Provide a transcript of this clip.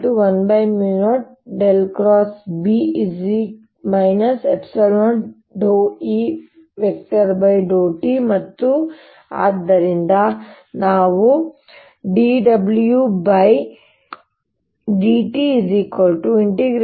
j10B 0E∂t ಮತ್ತು ಆದ್ದರಿಂದ ನಾನು dWdtdV E